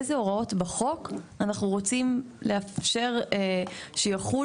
איזה הוראות בחוק אנחנו רוצים לאפשר שיחולו,